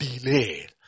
delay